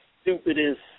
Stupidest